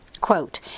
Quote